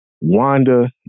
Wanda